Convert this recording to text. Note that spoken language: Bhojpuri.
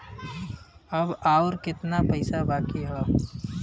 अब अउर कितना पईसा बाकी हव?